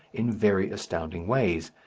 in very astounding ways,